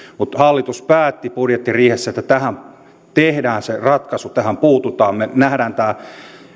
mutta hallitus päätti budjettiriihessä että tähän tehdään se ratkaisu tähän puututaan me näemme tämän